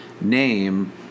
name